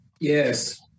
Yes